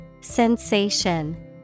Sensation